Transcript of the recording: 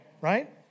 Right